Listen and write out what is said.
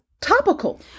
Topical